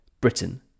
Britain